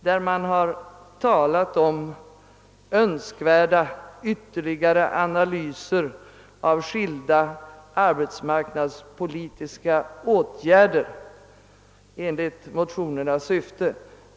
Utskottet har i denna talat om önskvärda ytterligare analyser av skilda arbetsmarknadspolitiska åtgärder enligt motionernas syfte.